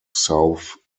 south